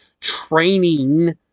training